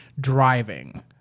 driving